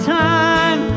time